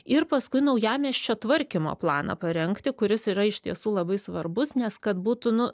ir paskui naujamiesčio tvarkymo planą parengti kuris yra iš tiesų labai svarbus nes kad būtų nu